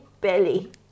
belly